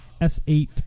S8